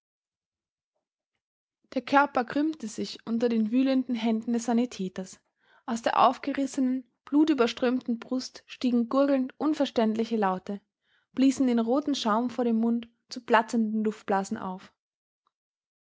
der körper krümmte sich unter den wühlenden händen des sanitäters aus der aufgerissenen blutüberströmten brust stiegen gurgelnd unverständliche laute bliesen den roten schaum vor dem mund zu platzenden luftblasen auf